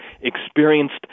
experienced